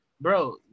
bro